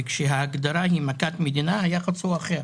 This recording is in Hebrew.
וכשההגדרה היא מכת מדינה היחס הוא אחר.